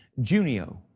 Junio